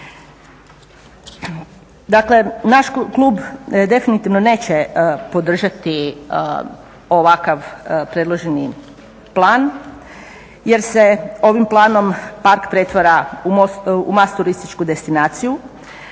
Dakle, naš klub definitivno neće podržati ovakav predloženi plan jer se ovim planom park pretvara u … turističku destinaciju